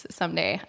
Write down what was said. someday